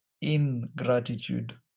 ingratitude